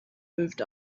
moved